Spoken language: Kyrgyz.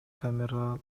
камералар